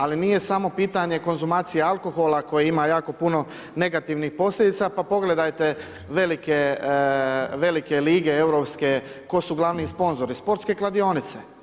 Ali nije samo pitanje konzumacije alkohola koje ima jako puno negativnih posljedica pa pogledajte velike lige europske tko su glavni sponzori, sportske kladionice.